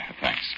Thanks